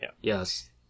Yes